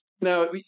Now